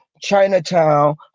Chinatown